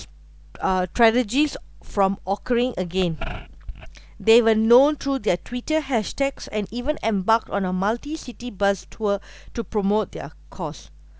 a tragedy from occurring again they were known through their twitter hashtags and even embarked on a multi-city bus tour to promote their cause